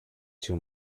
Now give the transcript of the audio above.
too